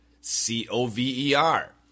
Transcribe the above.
C-O-V-E-R